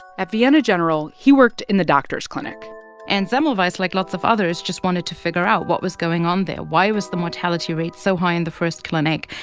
at vienna general, he worked in the doctor's clinic and semmelweis, like lots of others, just wanted to figure out what was going on there. why was the mortality rate so high in the first clinic,